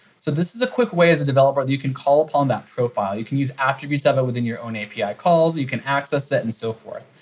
so this is a quick way as a developer you can call upon that profile. you can use attributes of it within your own api calls, you can access it and so forth.